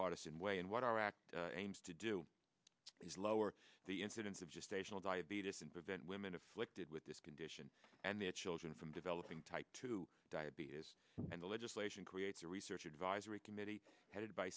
partisan way and what our act aims to do is lower the incidence of just a shell diabetes and prevent women afflicted with this condition and their children from developing type two diabetes and the legislation creates a research advisory committee headed by